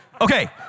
Okay